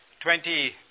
20